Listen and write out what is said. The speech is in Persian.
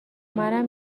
منم